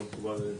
לא מקובל עלינו.